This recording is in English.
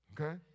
Okay